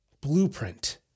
blueprint